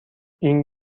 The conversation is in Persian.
این